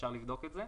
אפשר לבדוק את זה,